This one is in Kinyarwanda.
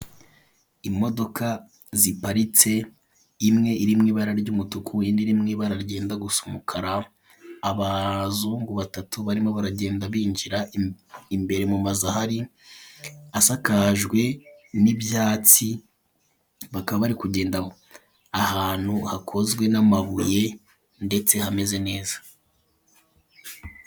Imodoka ziparitse, imwe iri mw'ibara ry'umutuku indi iri mw'ibara ryenda gusa umukara. Abazungu batatu barimo baragenda binjira imbere mumazu ahari asakajwe n'ibyatsi, bakaba bari kugenda ahantu hakozwe n'amabuye ndetse hameze neza.